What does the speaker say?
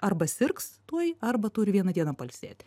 arba sirgs tuoj arba turi vieną dieną pailsėti